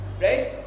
right